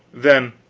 then